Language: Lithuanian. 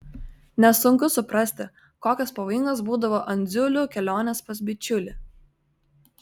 nesunku suprasti kokios pavojingos būdavo andziulių kelionės pas bičiulį